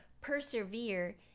persevere